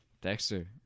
Dexter